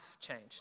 changed